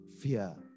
fear